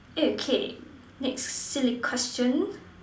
eh K next silly question